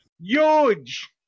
Huge